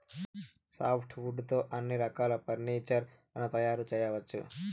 soft wood తో అన్ని రకాల ఫర్నీచర్ లను తయారు చేయవచ్చు